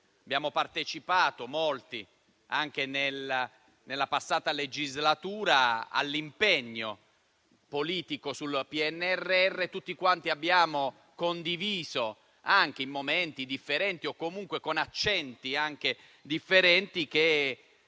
hanno partecipato, anche nella scorsa legislatura, all'impegno politico sul PNRR e tutti abbiamo condiviso, anche in momenti differenti o comunque con accenti diversi,